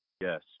Yes